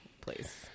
please